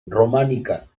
románica